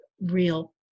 real